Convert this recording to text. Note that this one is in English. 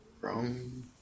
Wrong